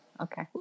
Okay